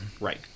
Right